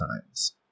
times